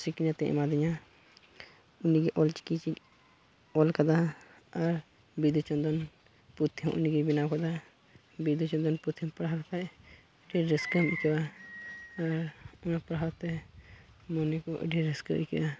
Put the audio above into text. ᱥᱤᱠᱷᱱᱟᱹᱛᱮ ᱮᱢᱟᱫᱤᱧᱟ ᱩᱱᱤᱜᱮ ᱚᱞᱪᱤᱠᱤ ᱚᱞ ᱟᱠᱟᱫᱟ ᱟᱨ ᱵᱤᱸᱫᱩᱼᱪᱟᱱᱫᱟᱱ ᱯᱩᱛᱷᱤ ᱩᱱᱤᱜᱮ ᱵᱮᱱᱟᱣ ᱟᱠᱟᱫᱟ ᱵᱤᱸᱫᱩᱼᱪᱟᱱᱫᱟᱱ ᱯᱩᱛᱷᱤᱢ ᱯᱟᱲᱦᱟᱣ ᱞᱮᱠᱷᱟᱡ ᱟᱹᱰᱤ ᱨᱟᱹᱥᱠᱟᱹᱢ ᱟᱹᱭᱠᱟᱹᱣᱟ ᱟᱨ ᱚᱱᱟ ᱯᱟᱲᱦᱟᱣᱛᱮ ᱢᱚᱱᱮ ᱠᱚ ᱟᱹᱰᱤ ᱨᱟᱹᱥᱠᱟᱹ ᱟᱹᱭᱠᱟᱹᱜᱼᱟ